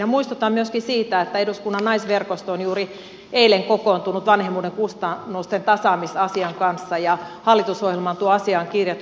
muistutan myöskin siitä että eduskunnan naisverkosto on juuri eilen kokoontunut vanhemmuuden kustannusten tasaamisasian kanssa ja hallitusohjelmaan tuo asia on kirjattu